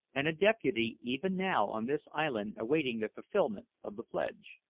and a deputy even now on this island awaiting the fulfilment of the pledge.